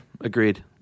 agreed